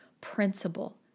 principle